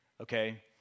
okay